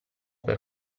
per